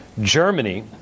Germany